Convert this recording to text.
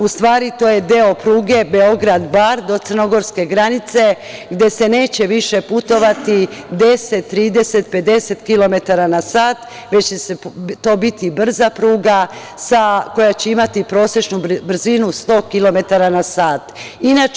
U stvari, to je deo pruge Beograd-Bar do crnogorske granice gde se neće više putovati 10, 30, 50 kilometara na sat, već će to biti brza pruga koja će imati prosečnu brzinu 100 kilometara na sat.